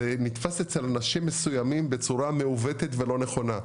זה נתפס אצל אנשים מסוימים בצורה מעוותת ולא נכונה.